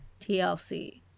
TLC